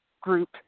group